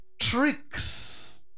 tricks